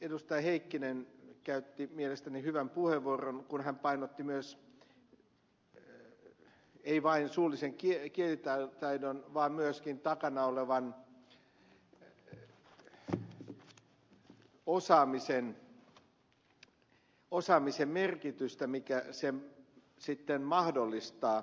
heikkinen käytti mielestäni hyvän puheenvuoron kun hän painotti myös ei vain suullisen kielitaidon vaan myöskin takana olevan osaamisen merkitystä minkä se sitten mahdollistaa